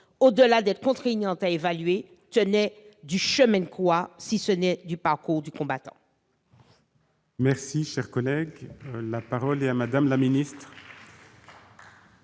qu'elle était contraignante à évaluer, tenait du chemin de croix, si ce n'est du parcours du combattant